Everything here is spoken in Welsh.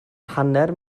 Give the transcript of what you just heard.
hanner